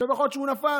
יכול להיות שהוא נפל,